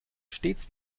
stets